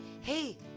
hey